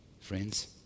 Friends